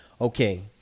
okay